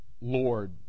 Lord